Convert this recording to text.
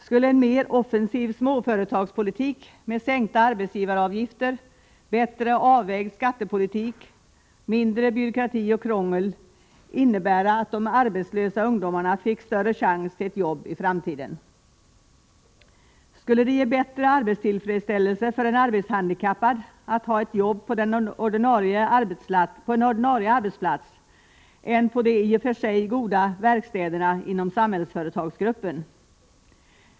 Skulle en mer offensiv småföretagspolitik, med sänkta arbetsgivaravgifter, bättre avvägd skattepolitik och mindre byråkrati och krångel, innebära att de arbetslösa ungdomarna fick större chans till ett jobb i framtiden? Skulle det ge bättre arbetstillfredsställelse för en arbetshandikappad att ha ett jobb på en ordinarie arbetsplats än på de i och för sig goda verkstäderna inom Samhällsföretagsgruppen?